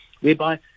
whereby